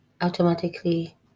automatically